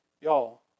Y'all